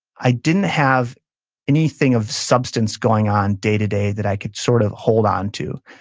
i didn't have anything of substance going on day-to-day that i could sort of hold onto.